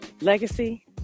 legacy